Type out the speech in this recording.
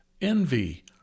envy